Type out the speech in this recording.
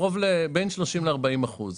בין 30% ל-40%.